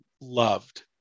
loved